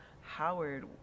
howard